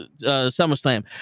SummerSlam